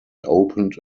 opened